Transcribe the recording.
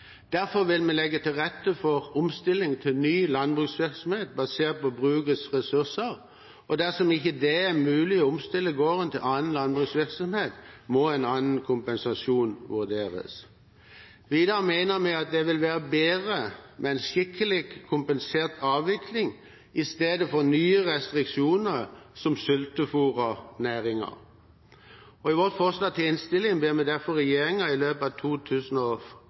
Derfor vil vi legge til rette for omstilling til ny landbruksvirksomhet basert på brukets ressurser. Dersom det ikke er mulig å omstille gården til annen landbruksvirksomhet, må en annen kompensasjon vurderes. Videre mener vi at det vil være bedre med en skikkelig kompensert avvikling enn nye restriksjoner som sultefôrer næringen. I vårt forslag ber vi derfor regjeringen i løpet av